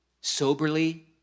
soberly